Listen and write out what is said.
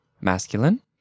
Masculine